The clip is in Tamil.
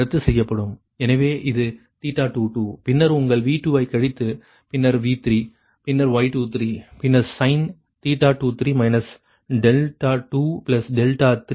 எனவே இது 22 பின்னர் உங்கள் V2 ஐ கழித்து பின்னர் V3 பின்னர் Y23 பின்னர் sin23 23